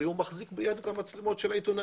הרי הוא מחזיק ביד מצלמות של עיתונאי,